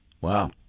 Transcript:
Wow